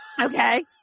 Okay